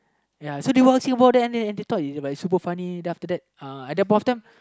ya so they walk see walk there and they and they thought is like super funny then after that uh at that point of time